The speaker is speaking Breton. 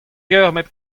nemet